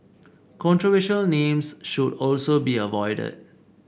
controversial names should also be avoided